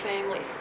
families